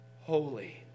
holy